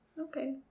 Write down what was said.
Okay